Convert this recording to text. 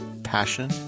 passion